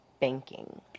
banking